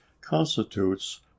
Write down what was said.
constitutes